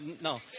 no